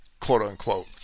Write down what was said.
quote-unquote